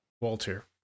Walter